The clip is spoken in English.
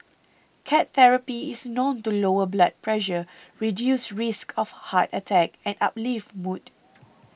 cat therapy is known to lower blood pressure reduce risks of heart attack and uplift mood